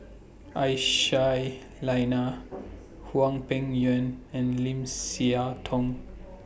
Aisyah Lyana Hwang Peng Yuan and Lim Siah Tong